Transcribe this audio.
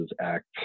Act